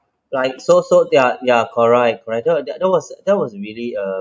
like so so ya ya correct correct that that that was that was really a